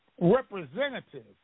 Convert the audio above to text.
representative